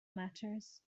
matters